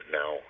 now